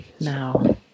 now